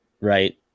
right